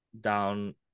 down